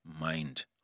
mind